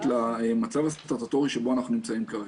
למצב הסטטוטורי שבו אנחנו נמצאים כרגע.